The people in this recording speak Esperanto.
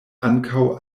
ankaŭ